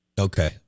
Okay